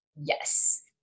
Yes